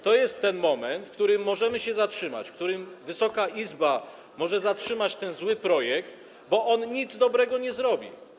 To jest ten moment, w którym możemy się zatrzymać, w którym Wysoka Izba może zatrzymać ten zły projekt, bo on nic dobrego nie wniesie.